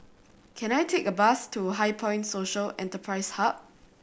can I take a bus to HighPoint Social Enterprise Hub